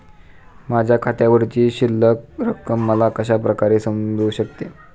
माझ्या खात्यावरची शिल्लक रक्कम मला कशा प्रकारे समजू शकते?